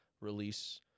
release